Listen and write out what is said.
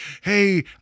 hey